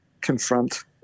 confront